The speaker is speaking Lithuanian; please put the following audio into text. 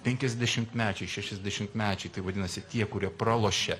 penkiasdešimtmečiai šešiasdešimtmečiai taip vadinasi tie kurie pralošė